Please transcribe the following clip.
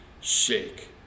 shake